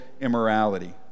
immorality